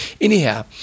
Anyhow